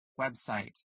website